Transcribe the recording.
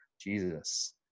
Jesus